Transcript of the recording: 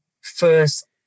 first